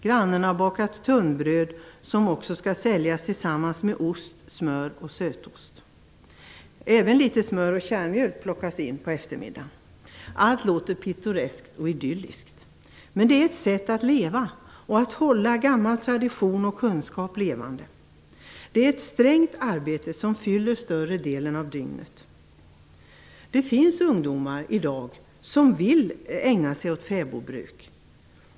Grannen har bakat tunnbröd som också skall säljas tillsammans med ost, smör och sötost. Även litet smör och kärnmjölk tas med. Allt låter pittoreskt och idylliskt. Men det är ett sätt att leva och att hålla gammal tradition och kunskap levande. Det är ett strängt arbete som fyller större delen av dygnet. Det finns ungdomar som i dag vill ägna sig åt fäbodbruk.